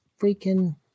freaking